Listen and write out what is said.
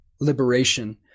liberation